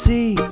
See